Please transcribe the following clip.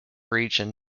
region